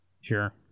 Sure